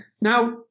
Now